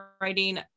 writing